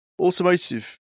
Automotive